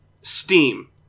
Steam